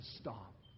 stop